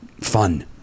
fun